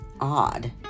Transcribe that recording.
odd